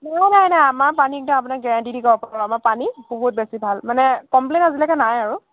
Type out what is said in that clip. নাই নাই নাই আমাৰ পানী একদম আপোনাক ৱেৰেণ্টি দি ক'ব পাৰোঁ আমাৰ পানী বহুত বেছি ভাল মানে কমপ্লেইন আজিলৈকে নাই আৰু